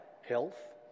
health